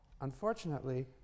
unfortunately